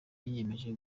yiyemeje